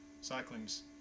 cycling's